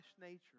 nature